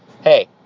hey